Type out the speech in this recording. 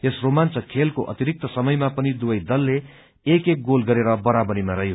यस रोमान्चक खेलको अतिरिक्त समयमा पनि दुवै दलले एक एक गोल गरेर बराबरीमा रहयो